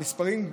המספרים,